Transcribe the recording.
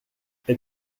êtes